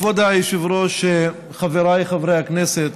כבוד היושב-ראש, חבריי חברי הכנסת,